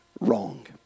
wrong